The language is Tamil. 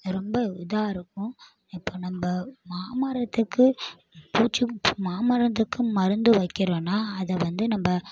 ரொம்ப இதாயிருக்கும் இப்போ நம்ம மாமரத்துக்கு பூச்சி மாமரத்துக்கு மருந்து வைக்கிறோனா அதை வந்து நம்ம